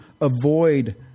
avoid